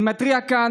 אני מתריע כאן,